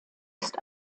ist